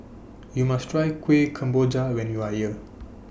YOU must Try Kuih Kemboja when YOU Are here